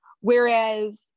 Whereas